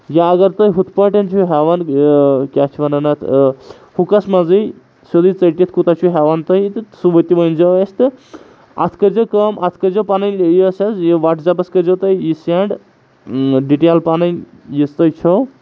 یا اگر تُہۍ ہُتھ پٲٹھٮۍ چھُ ہٮ۪وان کیاہ چھِ وَنَان اَتھ ہُکَس منٛزٕے سیوٚدُے ژٔٹِتھ کوٗتاہ چھُ ہٮ۪وَان تُہۍ تہٕ سُہ تہِ ؤنۍ زیوٚ اَسہِ تہٕ اَتھ کٔرۍ زیوٚ کٲم اَتھ کٔرۍ زیوٚ پَنٕںۍ یۄس حظ یہِ وَٹٕزَایپَس کٔرۍ زیوٚ تُہۍ یہِ سٮ۪نٛڈ ڈِٹیل پَنٕنۍ یس تۄہہِ چھو